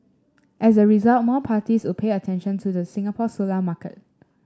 as a result more parties would pay attention to the Singapore solar market